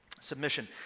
Submission